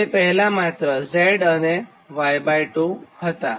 જે પહેલા માત્ર Z અને Y2 હતાં